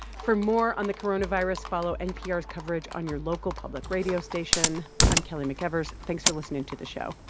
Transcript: for more on the coronavirus, follow npr's coverage on your local public radio station. i'm kelly mcevers. thanks for listening to the show.